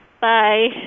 Bye